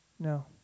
No